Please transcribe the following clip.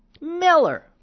Miller